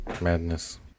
madness